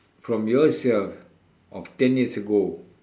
from yourself of ten years ago